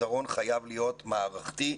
הפתרון חייב להיות מערכתי.